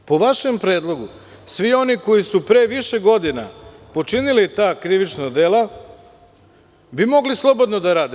Po vašem predlogu svi oni koji su pre više godina počinili ta krivična dela bi mogli slobodno da rade.